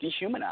dehumanize